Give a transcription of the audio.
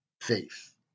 faith